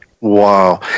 Wow